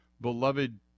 beloved